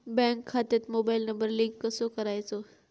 Bank खात्यात mobile number link कसो करायचो?